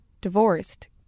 divorced